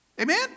Amen